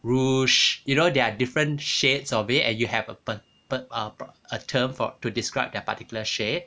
rouge you know there are different shades of it and you have a p~ p~ uh p~ a term for to describe that particular shade